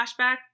flashback